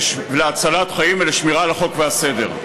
להצלת חיים ולשמירה על החוק והסדר.